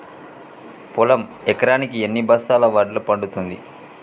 పొలం ఎకరాకి ఎన్ని బస్తాల వడ్లు పండుతుంది?